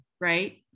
Right